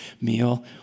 meal